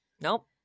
nope